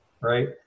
right